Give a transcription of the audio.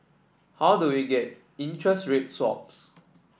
how do we get interest rate sorts